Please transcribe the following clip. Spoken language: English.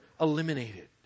eliminated